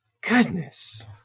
Goodness